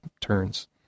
turns